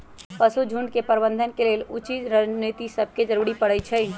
पशु झुण्ड के प्रबंधन के लेल उचित रणनीति सभके जरूरी परै छइ